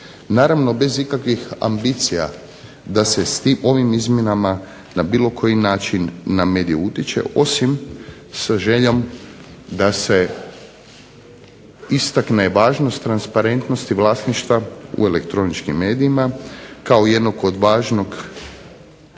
naravno bez ikakvih ambicija da se s ovim izmjenama na bilo koji način na medije utječe, osim sa željom da se istakne važnost transparentnosti vlasništva u elektroničkim medijima, kao jednog od važnog